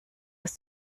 dass